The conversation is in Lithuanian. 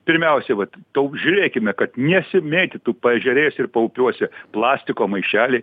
pirmiausia vat toks žiūrėkime kad nesimėtytų paežerėse paupiuose plastiko maišeliai